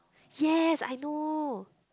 yes I know